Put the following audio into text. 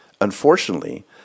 Unfortunately